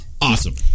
awesome